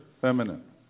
feminine